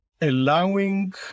allowing